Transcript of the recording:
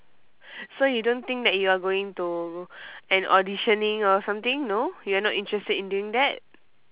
so you don't think that you are going to an auditioning or something no you are not interested in doing that